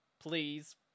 please